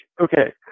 okay